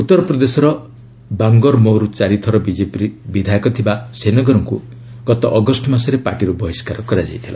ଉଉରପ୍ରଦେଶର ବାଙ୍ଗରମୌଉର୍ ଚାରିଥର ବିଜେପି ବିଧାୟକ ଥିବା ସେନେଗରଙ୍କ ଗତ ଅଗଷ୍ଟ ମାସରେ ପାର୍ଟିର୍ ବହିଷ୍କାର କରାଯାଇଥିଲା